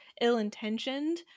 ill-intentioned